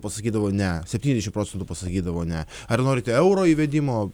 pasakydavo ne septyniasdešim procentų pasakydavo ne ar norite euro įvedimo